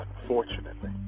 Unfortunately